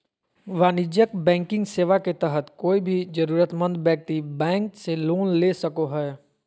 वाणिज्यिक बैंकिंग सेवा के तहत कोय भी जरूरतमंद व्यक्ति बैंक से लोन ले सको हय